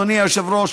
אדוני היושב-ראש,